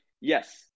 yes